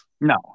No